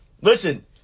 Listen